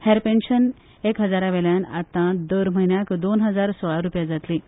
हेर pension एक हजारा वेल्यान आतां दर म्हयन्याक दोन हजार सोळा रुपया जातलें